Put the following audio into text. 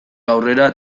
aurrera